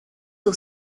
sur